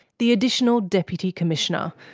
the additional deputy commissioner,